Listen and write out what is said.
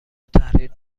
التحریر